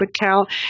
account